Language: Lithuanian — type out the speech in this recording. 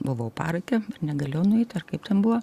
buvau parake negalėjau nueit ir kaip ten buvo